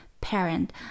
parent